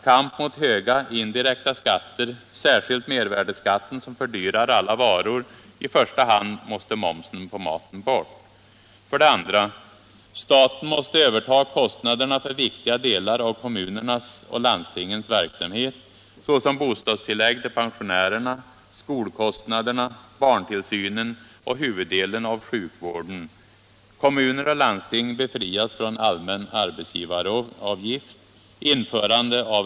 Kamp mot höga indirekta skatter, särskilt mervärdeskatten som fördyrar alla varor. I första hand måste momsen på maten bort. 2. Staten måste överta kostnaderna för viktiga delar av kommunernas och landstingens verksamhet, såsom bostadstilläggen till pensionärerna, skolkostnaderna, barntillsynen och huvuddelen av sjukvården. Kommuner och landsting måste befrias från allmän arbetsgivaravgift.